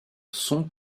sont